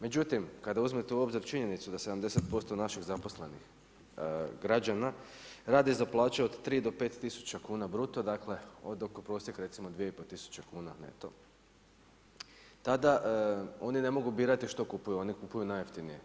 Međutim, kada uzmete u obzir činjenicu da 70% naših zaposlenih građana radi za plaću od 3 do 5 tisuća kuna bruto, dakle od oko prosjek recimo 2,500 tisuće kuna neto, tada oni ne mogu birati što kupuju, oni kupuju najjeftinije.